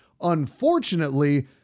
Unfortunately